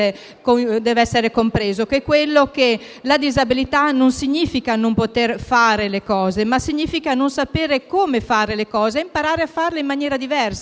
secondo cui la disabilità non significa non poter fare le cose, ma significa non sapere come farle e imparare a farle in maniera diversa,